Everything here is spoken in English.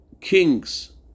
kings